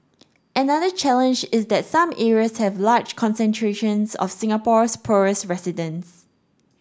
another challenge is that some areas have large concentrations of Singapore's poorest residents